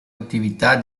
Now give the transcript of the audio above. attività